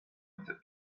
chce